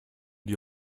die